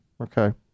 okay